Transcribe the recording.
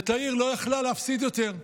ותאיר לא יכלה להפסיד יותר,